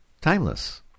Timeless